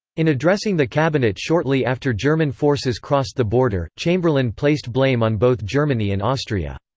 in addressing the cabinet shortly after german forces crossed the border, chamberlain placed blame on both germany and austria.